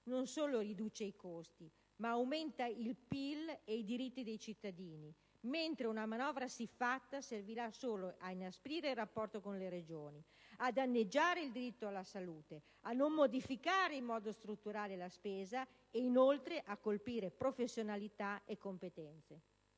non solo riduce i costi ma aumenta il PIL ed i diritti dei cittadini, mentre una manovra siffatta servirà solo ad inasprire il rapporto con le Regioni, a danneggiare il diritto alla salute, a non modificare in modo strutturale la spesa e, inoltre, a colpire professionalità e competenze.